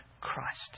Christ